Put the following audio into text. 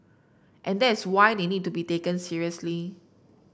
and that is why they need to be taken seriously